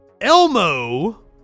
Elmo